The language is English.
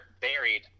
buried